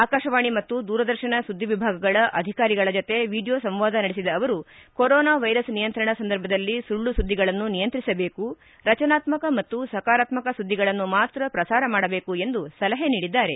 ಆಕಾಶವಾಣಿ ಮತ್ತು ದೂರದರ್ತನ ಸುದ್ದಿ ವಿಭಾಗಗಳ ಅಧಿಕಾರಿಗಳ ಜತೆ ವಿಡಿಯೋ ಸಂವಾದ ನಡೆಸಿದ ಅವರು ಕೊರೊನಾ ವೈರಸ್ ನಿಯಂತ್ರಣ ಸಂದರ್ಭದಲ್ಲಿ ಸುಳ್ಳು ಸುದ್ದಿಗಳನ್ನು ನಿಯಂತ್ರಿಸಬೇಕು ರಚನಾತ್ಮಕ ಮತ್ತು ಸಕಾರಾತ್ಮಕ ಸುದ್ದಿಗಳನ್ನು ಮಾತ್ರ ಪ್ರಸಾರ ಮಾಡಬೇಕು ಎಂದು ಸಲಹೆ ನೀಡಿದ್ದಾರೆ